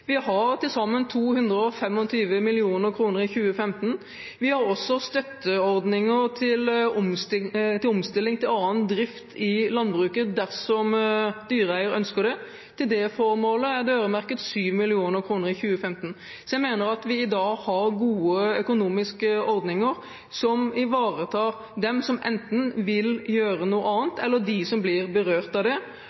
Vi har til sammen 225 mill. kr i 2015. Vi har også støtteordninger til omstilling til annen drift i landbruket dersom dyreeier ønsker det. Til det formålet er det øremerket 7 mill. kr i 2015. Så jeg mener at vi i dag har gode økonomiske ordninger som ivaretar dem som enten vil gjøre noe annet, eller dem som blir berørt av det.